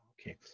Okay